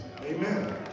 Amen